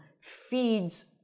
feeds